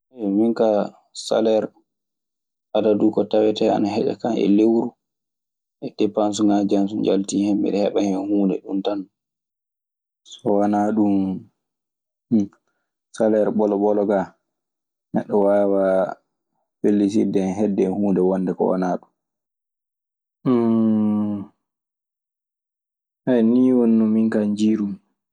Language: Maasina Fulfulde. minkaa saler adadu ko tawetee ana heƴa kam e lewru, e deppensiŋaaji am so njaltii hen miɗe heɓa hen huunde ɗum tan non. So wanaa ɗun, saleer ɓolo ɓolo kaa, neɗɗo waawaa fellititde heɓde hen huunde wonde ko wanaa ɗun. Nii woni no min kaa njiirumi.